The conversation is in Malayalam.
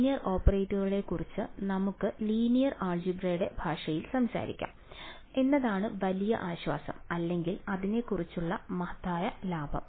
ലീനിയർ ഓപ്പറേറ്റർമാരെക്കുറിച്ച് നമുക്ക് ലീനിയർ ആൾജിബ്രടെ ഭാഷയിൽ സംസാരിക്കാം എന്നതാണ് വലിയ ആശ്വാസം അല്ലെങ്കിൽ അതിനെക്കുറിച്ചുള്ള മഹത്തായ ലാഭം